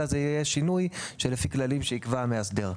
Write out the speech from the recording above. אלא זה יהיה שינוי לפי כללים שיקבע המאסדר.